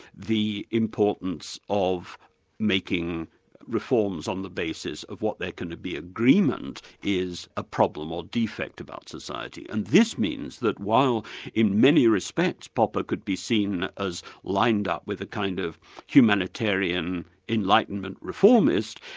the importance of making reforms on the basis of what there can be agreement, is a problem or defect about society. and this means that while in many respects popper could be seen as lined up with a kind of humanitarian enlightenment reformist,